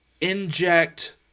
inject